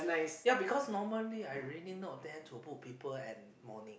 ya because normally I really not there to book people and morning